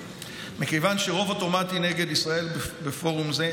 מכיוון שיש רוב אוטומטי נגד ישראל בפורום זה,